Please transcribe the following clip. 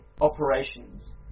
operations